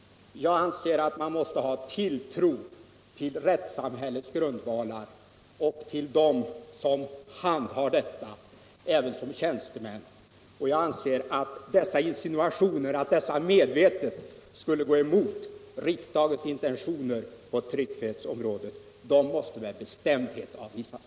Jag anser att man måste ha tilltro till rättssamhällets grundvalar och till dem som handhar av riksdagen tilldelade uppgifter - även som tjänstemän. Insinuationerna att de medvetet skulle gå emot riksdagens intentioner på tryckfrihetsområdet måste med bestämdhet avvisas.